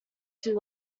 two